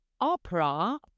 opera